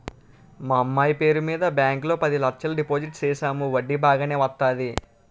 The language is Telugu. మా అమ్మాయి పేరు మీద బ్యాంకు లో పది లచ్చలు డిపోజిట్ సేసాము వడ్డీ బాగానే వత్తాది